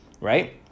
right